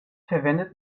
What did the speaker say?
verwendet